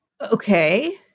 Okay